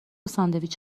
ساندویچ